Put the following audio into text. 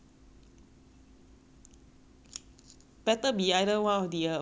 better be either one of the above lah otherwise I'll go keep thirteen cats lah hor